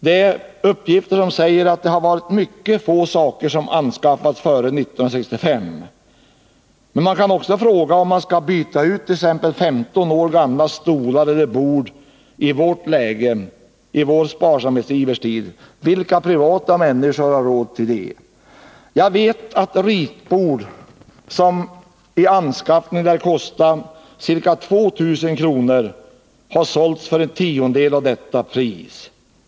Det finns uppgifter om att mycket få saker anskaffats före 1965. Man kan fråga sig omt.ex. 15 år gamla stolar eller bord skall bytas ut i nuvarande läge, i en tid av sparsamhetsiver. Vilka privatpersoner har råd med något sådant? Jag vet att ritbord, som vid anskaffningen kostat ca 2 000 kr., har sålts för en tiondel av det priset.